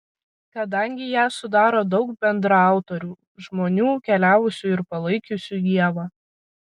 kadangi ją sudaro daug bendraautorių žmonių keliavusių ir palaikiusių ievą